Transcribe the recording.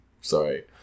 Sorry